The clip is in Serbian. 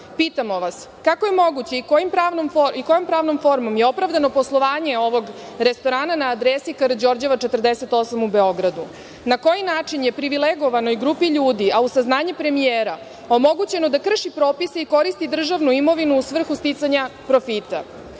vas – kako je moguće i kojom pravnom formom je opravdano poslovanje ovog restorana na adresi Karađorđeva 48 u Beogradu? Na koji način je privilegovanoj grupi ljudi, a uz saznanje premijera, omogućeno da krši propise i koristi državnu imovinu u svrhu sticanja profita? Drugo